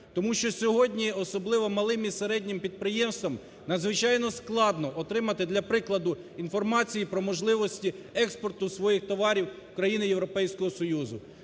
Тому що сьогодні особливо малим і середнім підприємствам надзвичайно складно отримати, для прикладу, інформацію про можливості експорту своїх товарів в країни Європейського Союзу.